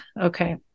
Okay